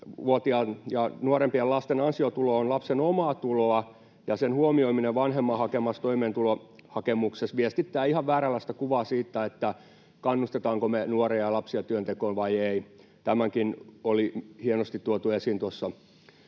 18-vuotiaiden ja nuorempien lasten ansiotulo on lapsen omaa tuloa, ja sen huomioiminen vanhemman toimeentulohakemuksessa viestittää ihan vääränlaista kuvaa siitä, kannustetaanko me nuoria ja lapsia työntekoon vai ei. Tämäkin oli hienosti tuotu esiin tuossa